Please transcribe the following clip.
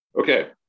Okay